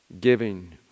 Giving